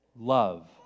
Love